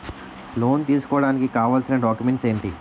Loan తీసుకోడానికి కావాల్సిన documents ఎంటి?